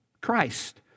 Christ